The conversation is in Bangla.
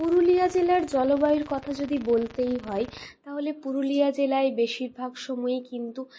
পুরুলিয়া জেলার জলবায়ুর কথা যদি বলতেই হয় তাহলে পুরুলিয়া জেলায় বেশিরভাগ সময়ে কিন্তু